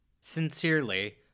sincerely